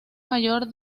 mayor